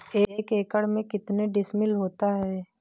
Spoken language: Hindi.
एक एकड़ में कितने डिसमिल होता है?